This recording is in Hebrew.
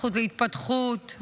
הזכות להתפתחות,